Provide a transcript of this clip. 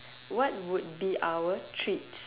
what would be our treats